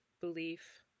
belief